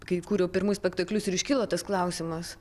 kai kurių pirmų spektaklius ir iškilo tas klausimas